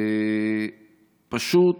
פשוט